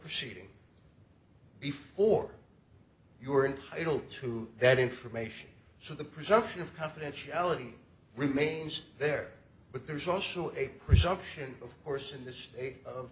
proceeding before you are an adult to that information so the presumption of confidentiality remains there but there's also a presumption of force in the state of